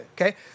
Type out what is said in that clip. Okay